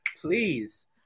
please